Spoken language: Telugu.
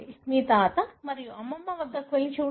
మీ తాత మరియు అమ్మమ్మ వద్దకు వెళ్లి చూడండి